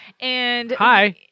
Hi